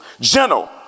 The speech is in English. gentle